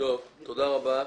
תודה רבה.